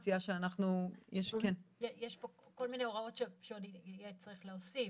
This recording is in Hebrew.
יש פה כל מיני הוראות שעוד יהיה צריך להוסיף,